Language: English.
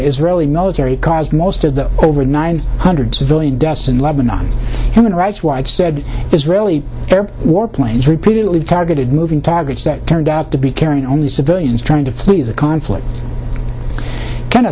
israeli military caused most of the over nine hundred civilian deaths in lebanon human rights watch said israeli air warplanes repeatedly targeted moving targets that turned out to be carrying only civilians trying to flee the conflict k